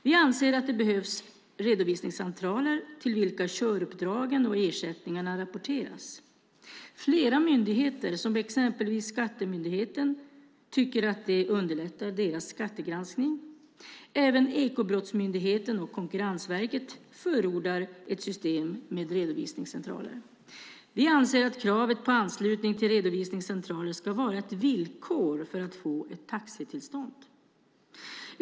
Vi anser att det behövs redovisningscentraler till vilka köruppdragen och ersättningarna rapporteras. Flera myndigheter, som exempelvis Skattemyndigheten, tycker att det underlättar deras skattegranskning. Även Ekobrottsmyndigheten och Konkurrensverket förordar ett system med redovisningscentraler. Vi anser att kravet på anslutning till redovisningscentral ska vara ett villkor för att få ett taxitillstånd.